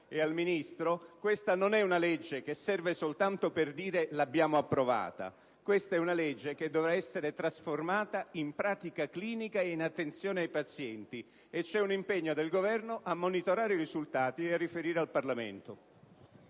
e al Ministro: questa non è una legge che serve soltanto per dire che ne abbiamo approvata una, ma è una legge che dovrà essere trasformata in pratica clinica e in attenzione ai pazienti e richiede un impegno del Governo a monitorare i risultati e a riferire in merito